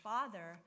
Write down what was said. Father